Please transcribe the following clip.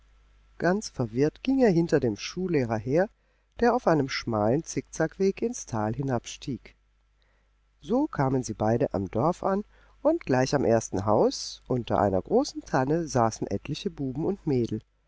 ganz verwirrt ging er hinter dem schullehrer her der auf einem schmalen zickzackweg ins tal hinabstieg so kamen sie beide am dorf an und gleich am ersten haus unter einer großen tanne saßen etliche buben und mädel